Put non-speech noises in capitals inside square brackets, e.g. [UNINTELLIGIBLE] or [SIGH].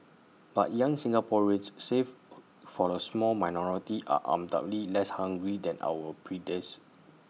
but young Singaporeans save [NOISE] for A small minority are undoubtedly less hungry than our [UNINTELLIGIBLE]